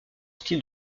style